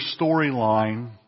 storyline